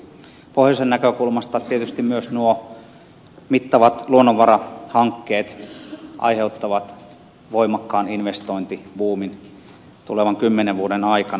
pohjoisen näkökulmasta tietysti myös nuo mittavat luonnonvarahankkeet aiheuttavat voimakkaan investointibuumin tulevan kymmenen vuoden aikana